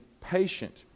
patient